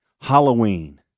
Halloween